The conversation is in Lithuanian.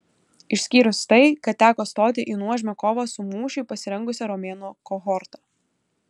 išskyrus tai kad teko stoti į nuožmią kovą su mūšiui pasirengusia romėnų kohorta